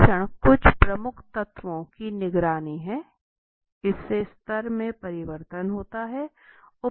लक्षण कुछ प्रमुख तत्वों की निगरानी है इससे स्तर में परिवर्तन होता हैं